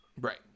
Right